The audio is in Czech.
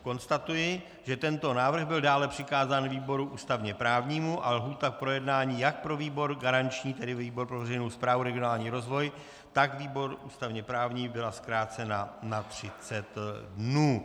Konstatuji, že tento návrh byl dále přikázán výboru ústavněprávnímu a lhůta k projednání jak pro výbor garanční, tedy výbor pro veřejnou správu a regionální rozvoj, tak výbor ústavněprávní byla zkrácena na 30 dnů.